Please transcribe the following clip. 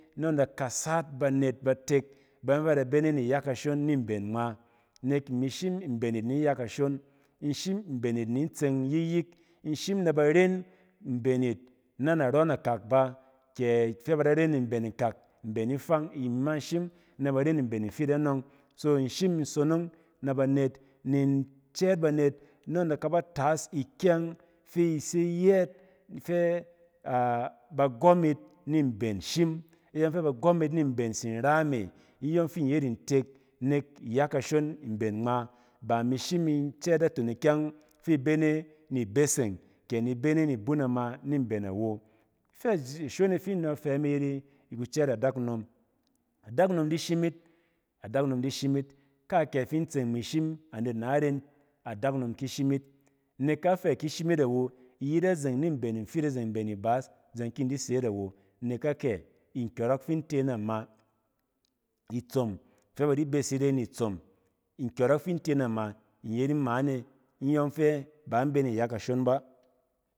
Nɔng in ilaga yit banet batek bayɔng fa ba da ba ni iya ilashon ni mben ngmai nek imi shim mben yit ni in ya kashon, im shim mben yit, ini shim mben yit nia tg-eng yik-yik, ini shim ne bar en mben yit ke ne narɔ nakak ba, ni mben ifay imi ma in shim ne bar en mben infiit anɔng, so in shim in sonong nɛ banet in kaba tas nɔng in da kaba tas ikyang fi ise yɛat fɛ bagwɔm yit ni mben shem nyɔng fɛ bagwɔm yit ni mben tsing ra me nyɔng fi nyet ntek nek iya kashon mben ngma, ba mi shim incɛet natan ikyɛng fi i bene ni ibeseg ke ni bene ni ibun ama nin mben awo. Ifɛ ashon e fi in be ne yet adakunom ki shim, kankyi fi i tseng imi shim anet na a ren adakunom ki shim yit afɛ ki shim yit awo iyit azeng ni mben nfiit aze ni baas da ki in di se yit awo, neki akya, nkyɔrɔk fin te nama itsom fɛ in tes nama in yet nmane, nyɔng fɛ ba in bes ni iya kashon ba.